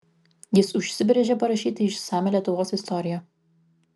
jis užsibrėžė parašyti išsamią lietuvos istoriją